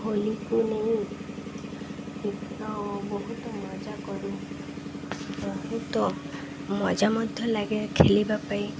ହୋଲିକୁ ମୁଁ ବହୁତ ମଜା କରୁ ବହୁତ ମଜା ମଧ୍ୟ ଲାଗେ ଖେଲିବା ପାଇଁ